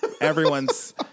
everyone's